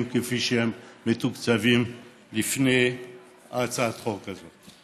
כפי שהם מתוקצבים לפני הצעת החוק הזאת.